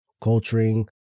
culturing